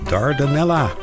Dardanella